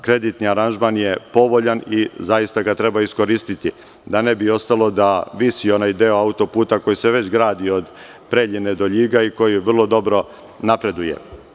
Kreditni aranžman je povoljan i zaista ga treba iskoristiti da ne bi ostalo da visi onaj deo autoputa koji se već gradi od Preljine do Ljiga i koji vrlo dobro napreduje.